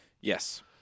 Yes